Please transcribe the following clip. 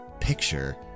picture